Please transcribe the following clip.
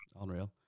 Unreal